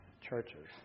churches